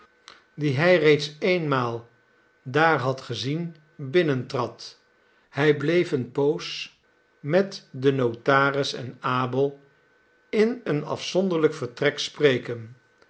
dien hij reeds eenmaal daar had gezien binnentrad hij bleef eene poos met den notaris en abel in een afzonderlijk vertrek spreken